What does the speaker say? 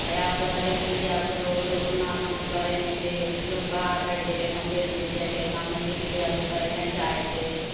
आब तऽ हरेक चीज आब तऽ लोग ओतना काम करै नहि छै लोग बाहर भागि जाइ जाइ कमबै लए जाइ छै गाममे खेती गृहस्थी करै लए नहि चाहै छै